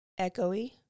echoey